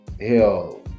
Hell